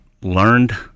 learned